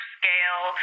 scale